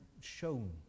shown